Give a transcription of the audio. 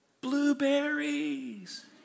blueberries